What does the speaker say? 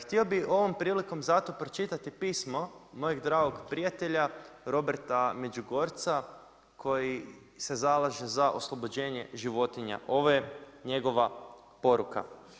Htio bi ovom prilikom zato pročitati pismo mojeg dragog prijatelja Roberta Međugorca koji se zalaže sa oslobođene životinja, ovo je njegova poruka.